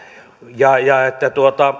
ja ja että